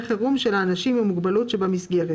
חירום של האנשים עם מוגבלות שבמסגרת,